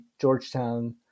Georgetown